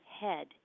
head